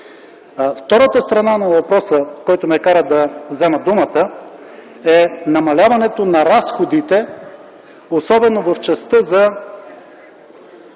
Втората страна на въпроса, който ме кара да взема думата, е намаляването на разходите, особено в частта за